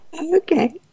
Okay